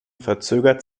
verzögert